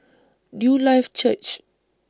Newlife Church